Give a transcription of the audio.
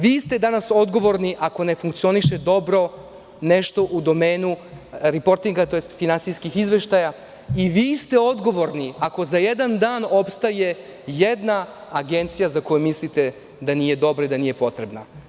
Vi ste danas odgovorni ako nešto ne funkcioniše dobro u domenu "riportinga", tj. finansijskih izveštaja i vi ste odgovorni ako za jedan dan opstaje jedna agencija za koju mislite da nije dobra i da nije potrebna.